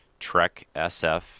treksf